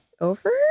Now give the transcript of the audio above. over